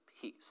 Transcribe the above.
peace